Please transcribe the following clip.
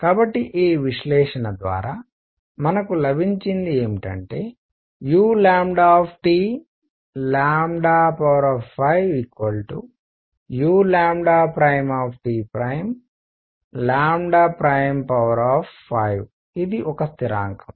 కాబట్టి ఈ విశ్లేషణ ద్వారా మనకు లభించినది ఏమిటంటే u5uT' 5 ఇది ఒక స్థిరాంకం